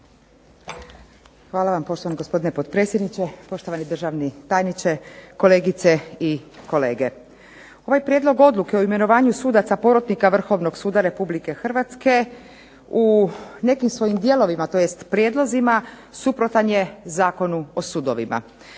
Hvala vam poštovani gospodine potpredsjedniče, poštovani državni tajniče, kolegice i kolege. Ovaj prijedlog odluke o imenovanju sudaca porotnika Vrhovnog suda Republike Hrvatske u nekim svojim dijelovima, tj. prijedlozima suprotan je Zakonu o sudovima.